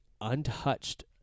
untouched